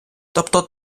тобто